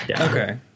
Okay